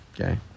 okay